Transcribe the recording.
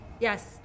Yes